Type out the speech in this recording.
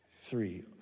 Three